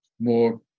more